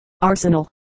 arsenal